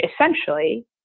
essentially